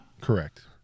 Correct